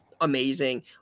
amazing